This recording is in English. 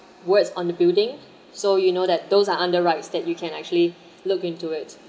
words on the building so you know that those are under REITs that you can actually look into it